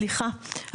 סליחה,